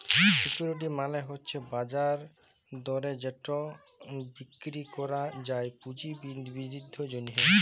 security মালে হছে বাজার দরে যেট বিক্কিরি ক্যরা যায় পুঁজি বিদ্ধির জ্যনহে